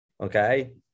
okay